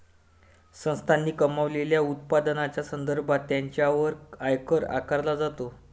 संस्थांनी कमावलेल्या उत्पन्नाच्या संदर्भात त्यांच्यावर आयकर आकारला जातो